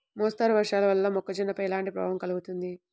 మోస్తరు వర్షాలు వల్ల మొక్కజొన్నపై ఎలాంటి ప్రభావం కలుగుతుంది?